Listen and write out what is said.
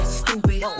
stupid